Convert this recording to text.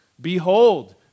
Behold